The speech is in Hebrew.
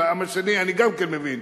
והעם השני אני גם כן מבין.